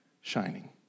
shining